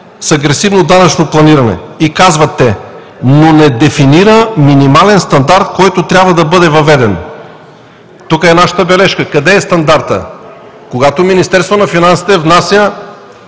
с агресивно данъчно планиране, те казват: „Но не дефинира минимален стандарт, който трябва да бъде въведен“. Тук е нашата бележка: къде е стандартът? Когато Министерството на финансите внася